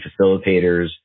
facilitators